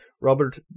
Robert